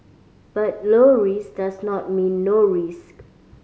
but low risk does not mean no risk